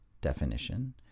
definition